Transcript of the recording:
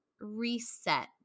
reset